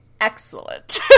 excellent